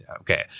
okay